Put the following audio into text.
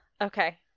okay